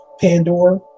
Pandora